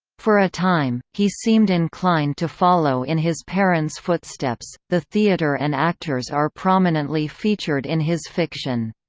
for a time, he seemed inclined to follow in his parents' footsteps the theater and actors are prominently featured in his fiction.